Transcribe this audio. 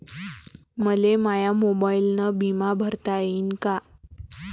मले माया मोबाईलनं बिमा भरता येईन का?